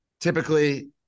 typically